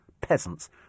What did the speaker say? peasants